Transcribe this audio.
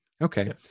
Okay